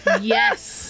Yes